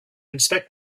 inspect